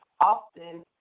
often